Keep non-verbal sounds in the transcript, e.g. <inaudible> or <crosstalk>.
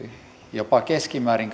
jopa keskimäärin <unintelligible>